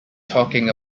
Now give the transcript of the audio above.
talking